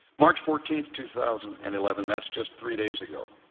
march fourteen, two thousand and eleven, that's just three days ago,